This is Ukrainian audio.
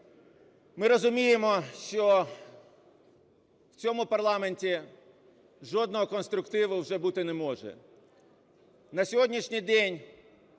Ми розуміємо, що в цьому парламенті жодного конструктиву вже бути не може.